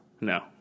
no